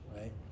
right